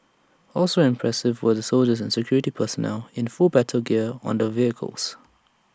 also impressive were the soldiers and security personnel in full battle gear on the vehicles